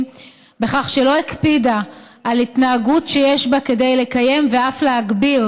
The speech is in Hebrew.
בכך שלא הקפידה על התנהגות שיש בה כדי לקיים ואף להגביר